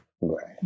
Right